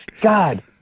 God